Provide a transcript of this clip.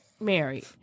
married